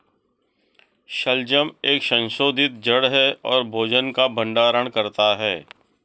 शलजम एक संशोधित जड़ है और भोजन का भंडारण करता है